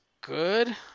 good